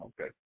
Okay